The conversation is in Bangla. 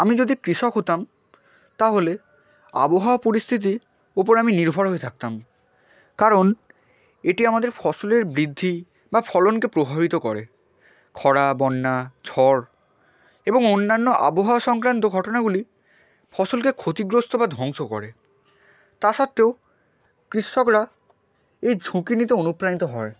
আমি যদি কৃষক হতাম তাহলে আবহাওয়া পরিস্থিতি উপর আমি নির্ভর হয়ে থাকতাম কারণ এটি আমাদের ফসলের বৃদ্ধি বা ফলনকে প্রভাবিত করে খরা বন্যা ঝড় এবং অন্যান্য আবহাওয়া সংক্রান্ত ঘটনাগুলি ফসলকে ক্ষতিগ্রস্থ বা ধ্বংস করে তা সত্ত্বেও কৃষকরা এই ঝুঁকি নিতে অনুপ্রাণিত হয়